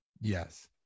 Yes